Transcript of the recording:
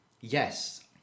yes